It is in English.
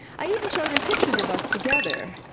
i even showed him pictures of us together.